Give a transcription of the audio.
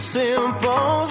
simple